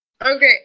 Okay